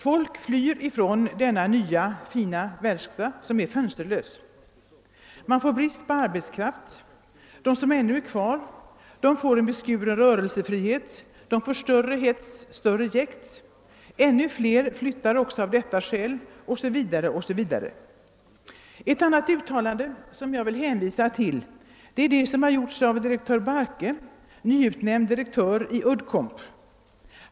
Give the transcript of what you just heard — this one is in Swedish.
Folk flyr från denna nya fina verkstad, som är fönsterlös. Brist på arbetskraft uppstår. De arbetare som ännu är kvar får beskuren rörelsefrihet och utsätts för större jäkt och hets i sitt arbete. Ännu flera flyttar också av dessa skäl, 0. s. v. Ett annat uttalande, som jag vill hänvisa till, har gjorts av direktör Bahrke, nyutnämnd direktör i Uddcomb.